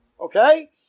okay